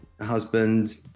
husband